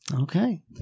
Okay